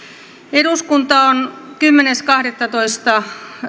eduskunta on kymmenes kahdettatoista